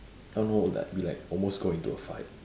I don't know like we like almost got into a fight